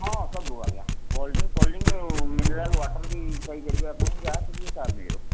ହଁ ସବୁ ଆଜ୍ଞା କୋଲଡ୍ରିଙ୍କ ଫୋଲ୍ଡରିଙ୍କ ଆଉ ମିନେରାଲ ୱାଟର ବି ପାଇପାରିବେ ଆପଣ ଯାହା ଖୋଜିବେ ତା' ମିଳିବ